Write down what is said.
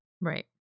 Right